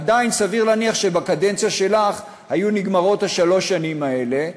עדיין סביר להניח שבקדנציה שלך היו נגמרות שלוש השנים האלה.